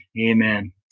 amen